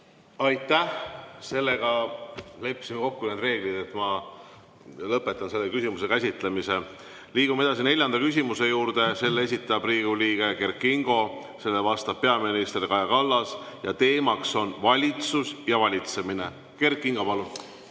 Aitäh! [Vastavalt] kokkulepitud reeglitele ma lõpetan selle küsimuse käsitlemise. Liigume edasi neljanda küsimuse juurde. Selle esitab Riigikogu liige Kert Kingo, sellele vastab peaminister Kaja Kallas ning teema on valitsus ja valitsemine. Kert Kingo, palun!